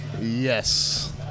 Yes